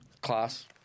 class